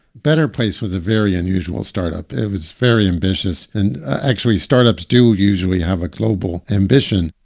better place was a very unusual startup. it was very ambitious. and actually startups do usually have a global ambition,